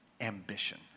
ambition